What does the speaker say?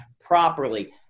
properly